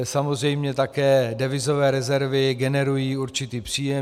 Samozřejmě také devizové rezervy generují určitý příjem.